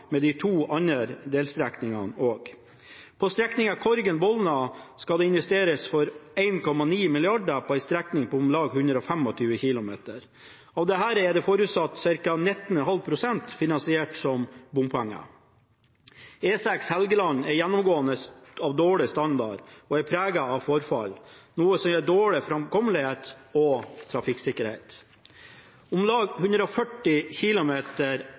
med de to andre delstrekningene også. På strekningen Korgen–Bolna skal det investeres for 1,9 mrd. kr på en strekning på om lag 125 km. Av dette er 19,5 pst. forutsatt finansiert med bompenger. E6 Helgeland har gjennomgående dårlig standard og er preget av forfall, noe som gir dårlig framkommelighet og trafikksikkerhet. Om lag 140 km